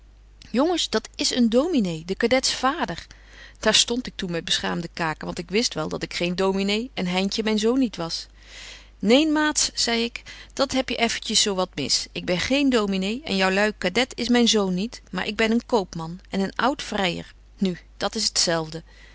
jongens dat is een dominé de kadets vader daar stond ik toen met beschaamde kaken want ik wist wel dat ik geen dominé en heintje myn zoon niet was neen maats zei ik dat heb je effentjes zo wat mis ik ben geen dominé en joului kadet is myn zoon niet maar ik ben een koopman en een oud vryër nu dat is